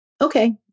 okay